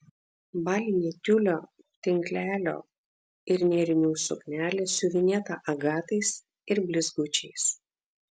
balinė tiulio tinklelio ir nėrinių suknelė siuvinėta agatais ir blizgučiais